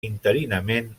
interinament